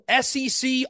SEC